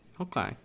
Okay